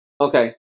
Okay